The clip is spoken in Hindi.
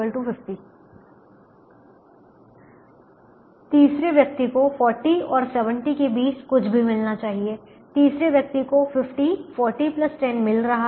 तीसरे व्यक्ति को 40 और 70 के बीच कुछ भी मिलना चाहिए तीसरे व्यक्ति को 50 40 10 मिल रहा है